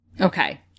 Okay